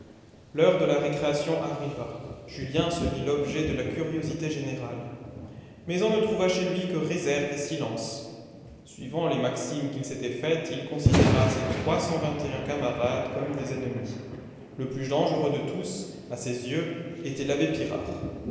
l'heure de la récréation arriva julien se vit l'objet de la curiosité générale mais on ne trouva chez lui que réserve et silence suivant les maximes qu'il s'était faites il considéra ses trois cent vingt et un camarades comme des ennemis le plus dangereux de tous à ses yeux était l'abbé pirard